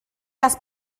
las